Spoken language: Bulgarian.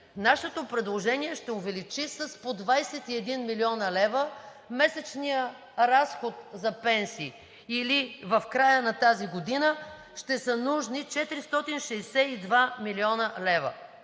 Нашето предложение ще увеличи с по 21 млн. лв. месечния разход за пенсии или в края на тази година ще са нужни 462 млн. лв.